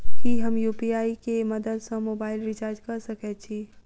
की हम यु.पी.आई केँ मदद सँ मोबाइल रीचार्ज कऽ सकैत छी?